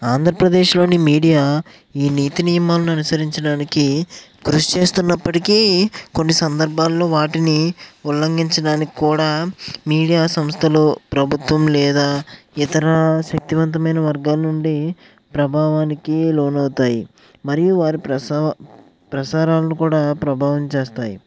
ఆంధ్రప్రదేశ్లోని మీడియా ఈ నీతి నియమాలను అనుసరించడానికి కృషి చేస్తున్నప్పటికీ కొన్ని సందర్భాల్లో వాటిని ఉల్లంఘించడానికి కూడా మీడియా సంస్థలు ప్రభుత్వం లేదా ఇతర శక్తివంతమైన వర్గాల నుండి ప్రభావానికి లోనవుతాయి మరియు వారి ప్రసావా ప్రసారాలను కూడా ప్రభావం చేస్తాయి